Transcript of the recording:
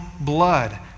blood